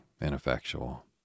ineffectual